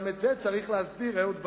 גם את זה צריך להסביר, אהוד ברק.